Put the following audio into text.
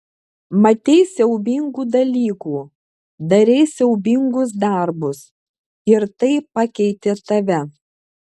matei siaubingų dalykų darei siaubingus darbus ir tai pakeitė tave